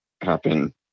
happen